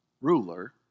ruler